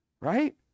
Right